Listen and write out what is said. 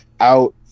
out